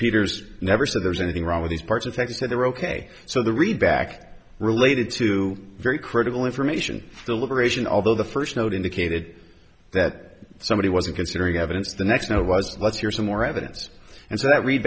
peters never said there's anything wrong with these parts of facts that they're ok so the read back related to very critical information deliberation although the first note indicated that somebody wasn't considering evidence the next no was let's hear some more evidence and so that read